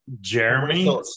Jeremy